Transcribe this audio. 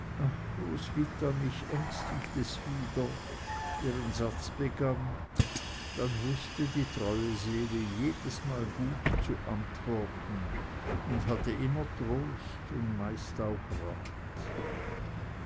roswitha mich ängstigt es wieder ihren satz begann dann wußte die treue seele jedesmal gut zu antworten und hatte immer trost und meist auch rat